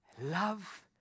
love